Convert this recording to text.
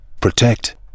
protect